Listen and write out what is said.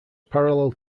parallel